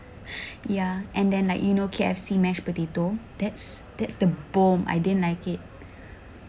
ya and then like you know KFC mashed potato that's that's the bomb I didn't like it